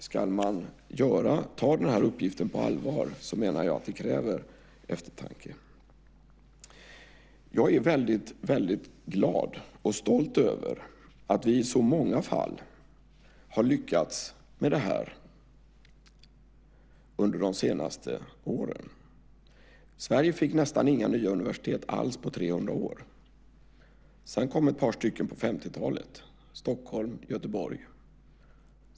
Ska den här uppgiften tas på allvar krävs eftertanke. Jag är glad och stolt över att vi i så många fall har lyckats med detta under de senaste åren. Sverige fick nästan inga nya universitet alls på 300 år. Sedan kom ett par stycken på 1950-talet - Stockholm och Göteborg.